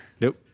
Nope